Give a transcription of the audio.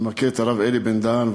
אני מכיר את הרב אלי בן-דהן,